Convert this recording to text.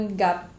gap